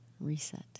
reset